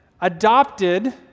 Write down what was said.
adopted